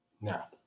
now